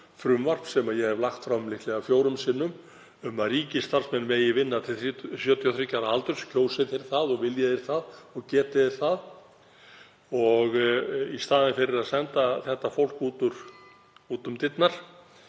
frumvarp sem ég hef lagt fram líklega fjórum sinnum um að ríkisstarfsmenn megi vinna til 73 ára aldurs kjósi þeir það og vilji þeir það og geti þeir það í staðinn fyrir að senda þetta fólk út um dyrnar